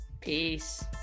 Peace